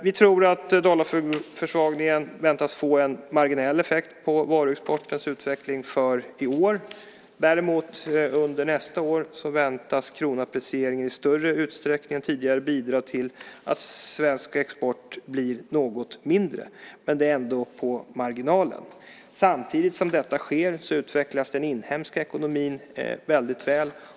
Vi tror att dollarförsvagningen får en marginell effekt på varuexportens utveckling för i år. Däremot väntas krondeprecieringen under nästa år i större utsträckning än tidigare bidra till att svensk export blir något mindre, men det är ändå på marginalen. Samtidigt som detta sker utvecklas den inhemska ekonomin väldigt väl.